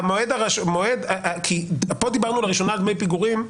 פה דיברנו לראשונה על דמי פיגורים,